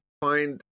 find